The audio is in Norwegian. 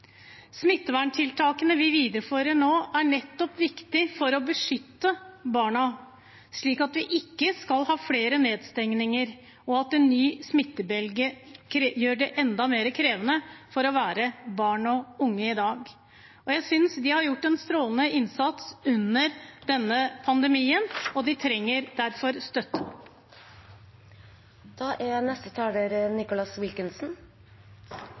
Smitteverntiltakene vi viderefører, er nettopp viktig for å beskytte barna, slik at vi ikke skal ha flere nedstenginger og at en ny smittebølge gjør det enda mer krevende å være barn og unge i dag. Jeg synes de har gjort en strålende innsats under denne pandemien, og de trenger derfor støtte. Jeg er